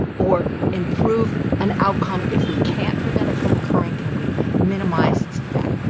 or improve an outcome, if we can't prevent it from occurring, can we minimize its effect?